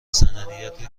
سندیت